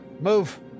Move